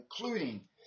including